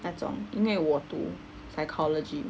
那种因为我读 psychology